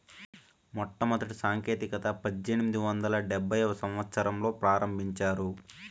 మొదటి సాంకేతికత పద్దెనిమిది వందల డెబ్భైవ సంవచ్చరంలో ప్రారంభించారు